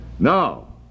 Now